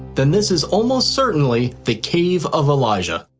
then this is almost certainly the cave of elijah.